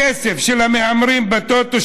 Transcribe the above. הכסף של המהמרים בטוטו,